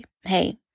hey